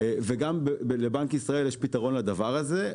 וגם לבנק ישראל יש פתרון לדבר הזה.